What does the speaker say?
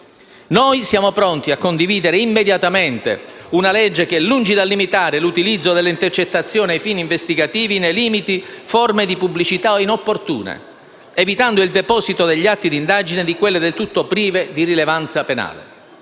Noi siamo pronti a condividere immediatamente una legge che, lungi dal limitare l'utilizzo delle intercettazioni ai fini investigativi, ne limiti forme di pubblicità inopportune, evitando il deposito negli atti di indagine di quelle del tutto prive di rilevanza penale.